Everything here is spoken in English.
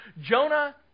Jonah